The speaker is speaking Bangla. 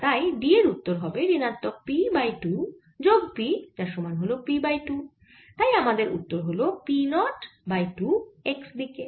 আর তাই D এর উত্তর হবে ঋণাত্মক P বাই 2 যোগ P যার সমান হল P বাই 2 তাই আমাদের উত্তর হল P নট বাই 2 x দিকে